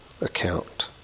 account